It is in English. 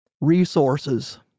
resources